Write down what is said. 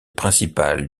principal